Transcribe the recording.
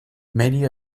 many